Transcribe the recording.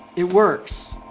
it works,